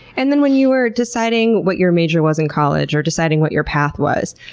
and then when you were deciding what your major was in college or deciding what your path was,